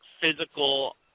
physical